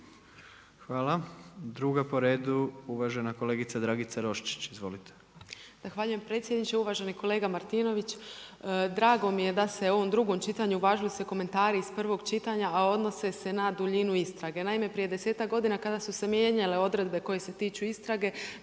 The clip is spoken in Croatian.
Hvala. Druga po redu uvažena kolegica Dragica Roščić. Izvolite. **Vranješ, Dragica (HDZ)** Zahvaljujem predsjedniče. Uvaženi kolega Martinović. Drago mi je da se u ovom drugom čitanju uvažili svi komentari iz prvog čitanja, a odnose se na duljinu istrage. Naime, prije desetak godina kada su se mijenjale odredbe koje se tiču istrage